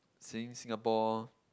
seeing Singapore